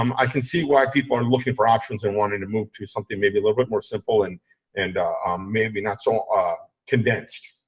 um i can see why people are looking for options and wanting to move to something, maybe a little bit more simple and and um maybe not so ah convinced.